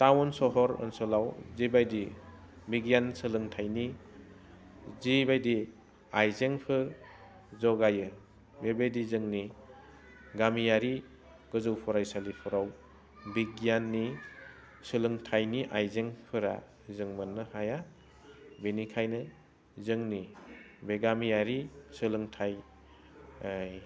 town सहर ओनसोलाव जि बायदि बिगियान सोलोंथाइनि जे बायदि आइजेंफोर ज'गायो बेबायदि जोंनि गामियारि गोजौ फरायसालिफोराव बिगियाननि सोलोंथाइनि आइजेंफोरा जों मोन्नो हाया बिनिखायनो जोंनि बे गामियारि सोलोंथाइ